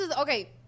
okay